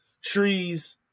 trees